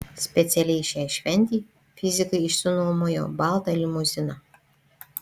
specialiai šiai šventei fizikai išsinuomojo baltą limuziną